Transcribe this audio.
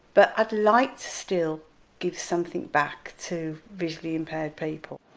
but i'd like to still give something back to visually impaired people.